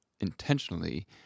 intentionally